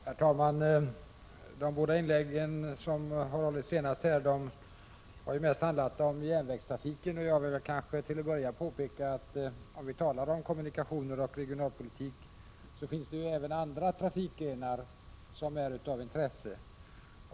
Herr talman! De båda senaste inläggen har ju mest handlat om järnvägstrafiken. Jag vill till en början påpeka att när vi talar om kommunikationer och regionalpolitik är även andra trafikgrenar av intresse.